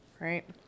Right